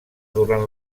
durant